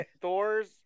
Thor's